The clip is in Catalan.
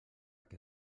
què